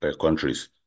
countries